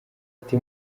ati